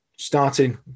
starting